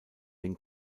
den